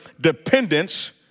dependence